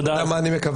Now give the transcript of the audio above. אתה יודע מה אני מקווה?